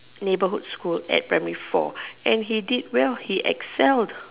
neighbourhood school at primary four and he did well he excelled